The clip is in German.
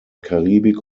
karibik